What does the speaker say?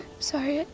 sorry,